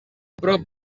prop